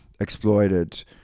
exploited